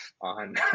on